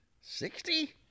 sixty